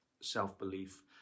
self-belief